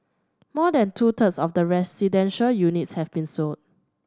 more than two thirds of the residential units have been sold